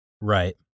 Right